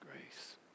grace